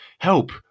Help